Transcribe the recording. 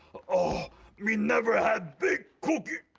ah me never had big cookie,